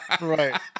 Right